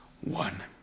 one